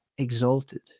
exalted